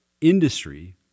industry